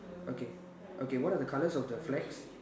okay okay what are the colors of the flags